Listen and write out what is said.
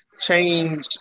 change